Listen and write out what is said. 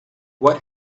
what